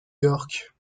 york